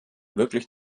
wirklich